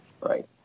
Right